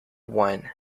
one